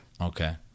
Okay